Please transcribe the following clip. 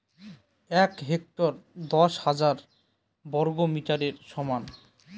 এক হেক্টর দশ হাজার বর্গমিটারের সমান